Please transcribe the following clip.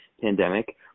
pandemic